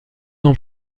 ans